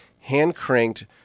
hand-cranked